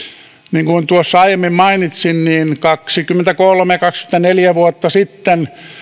niin kuin tuossa aiemmin mainitsin kaksikymmentäkolme viiva kaksikymmentäneljä vuotta sitten